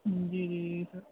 جی جی جی سر